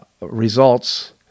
results